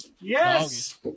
Yes